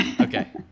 Okay